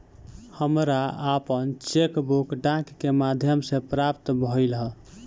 हमरा आपन cheque book डाक के माध्यम से प्राप्त भइल ह